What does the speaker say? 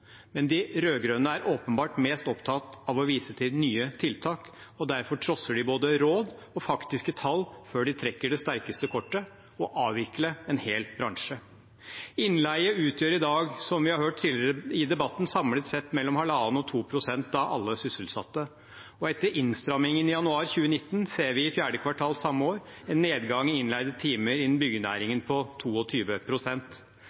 men de rød-grønne er åpenbart mest opptatt av å vise til nye tiltak, og derfor trosser de både råd og faktiske tall før de trekker det sterkeste kortet: å avvikle en hel bransje. Innleie utgjør i dag, som vi har hørt i debatten, samlet sett mellom 1,5 og 2 pst. av alle sysselsatte, og etter innstrammingen i januar 2019 ser vi i fjerde kvartal samme år en nedgang i innleide timer innen